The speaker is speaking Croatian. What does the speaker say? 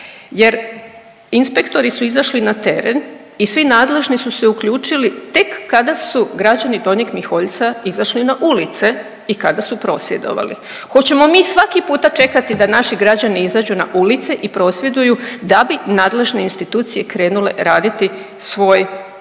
jer inspektori su izašli na teren i svi nadležni su se uključili tek kada su građani Donjeg Miholjca izašli na ulice i kada su prosvjedovali. Hoćemo mi svaki puta čekati da naši građani izađu na ulice i prosvjeduju da bi nadležne institucije krenule raditi svoj posao?